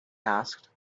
asked